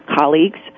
colleagues